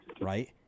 right